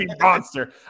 monster